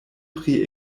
pri